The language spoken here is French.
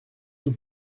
nous